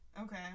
Okay